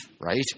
right